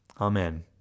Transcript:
Amen